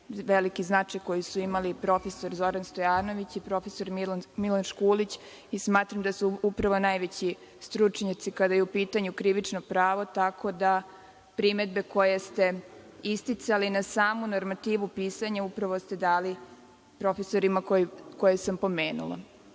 veliki značaj koji su imali prof. Zoran Stojanović i prof. Milan Škulić i smatram da su upravo najveći stručnjaci kada je u pitanju krivično pravo, tako da primedbe koje ste isticali na samu normativu pisanja upravo ste dali profesorima koje sam pomenula. Ono